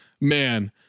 man